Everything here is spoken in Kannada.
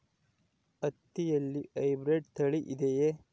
ಹತ್ತಿಯಲ್ಲಿ ಹೈಬ್ರಿಡ್ ತಳಿ ಇದೆಯೇ?